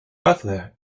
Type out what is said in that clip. butler